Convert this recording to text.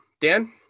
dan